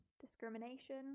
discrimination